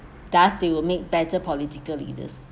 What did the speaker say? thus they will make better political leaders